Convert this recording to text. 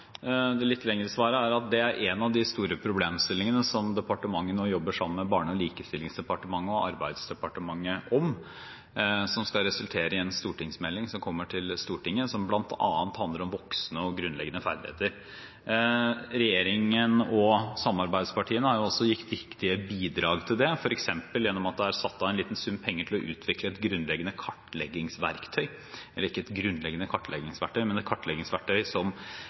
at dette er en av de store problemstillingene som departementet nå jobber sammen med Barne-, likestillings- og inkluderingsdepartementet og Arbeids- og sosialdepartementet om, som skal resultere i en stortingsmelding som bl.a. handler om voksne og grunnleggende ferdigheter. Regjeringen og samarbeidspartiene har også gitt viktige bidrag til dette, f.eks. ved at det er satt av en liten sum penger til å utvikle et kartleggingsverktøy som gjør at man kan kartlegge hvilke voksne som